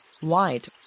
White